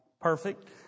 perfect